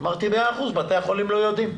אמרתי מאה אחוז, בתי החולים לא יודעים.